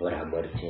બરાબર છે